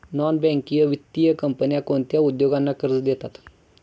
Non banking वित्तीय कंपन्या कोणत्या उद्योगांना कर्ज देतात?